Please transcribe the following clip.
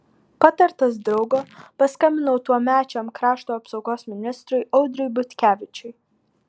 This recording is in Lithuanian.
patartas draugo paskambinau tuomečiam krašto apsaugos ministrui audriui butkevičiui